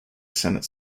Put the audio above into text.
senate